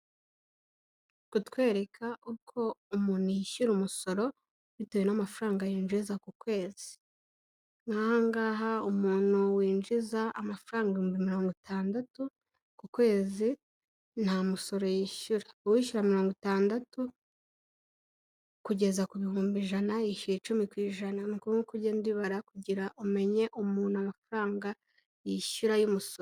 Barikutwereka uko umuntu yishyura umusoro bitewe n'amafaranga yinjiza ku kwezi. Nk'aha ngaha umuntu winjiza amafaranga ibihumbi mirongo itandatu ku kwezi nta musoro yishyura. Uwishyura mirongo itandatu kugeza ku bihumbi ijana yishyura icumi ku ijana ku ijana. Nuko nguko ugenda ubibara kugira ngo umenye umuntu amafaranga yishyura y'umusoro.